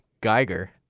Geiger